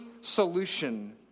solution